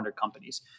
companies